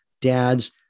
dads